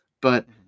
But-